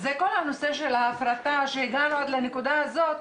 זה כל הנושא של ההפרטה שהגענו עד לנקודה הזאת.